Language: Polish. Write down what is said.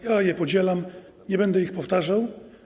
Ja je podzielam i nie będę ich powtarzał.